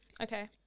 okay